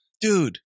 dude